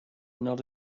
not